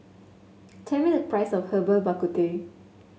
tell me the price of Herbal Bak Ku Teh